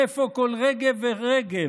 איפה כל רגב ורגב,